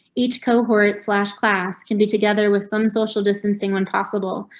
each cohort slash class can be together with some social distancing when possible,